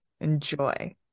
enjoy